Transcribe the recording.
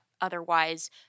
otherwise